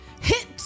Hit